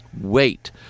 wait